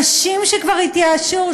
נשים שכבר התייאשו,